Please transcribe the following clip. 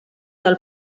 del